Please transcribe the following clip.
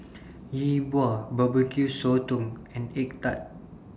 Yi Bua Barbecue Sotong and Egg Tart